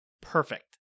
perfect